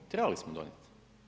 Trebali smo donijeti.